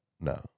no